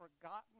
forgotten